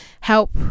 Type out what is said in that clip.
help